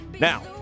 Now